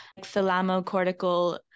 thalamocortical